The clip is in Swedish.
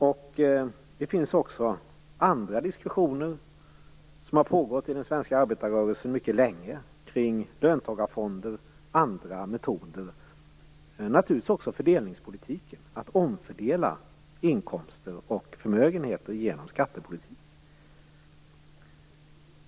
Det har mycket länge pågått andra diskussioner i den svenska arbetarrörelsen kring löntagarfonder och andra metoder, naturligtvis också fördelningspolitiken - att omfördela inkomster och förmögenheter genom skattepolitik.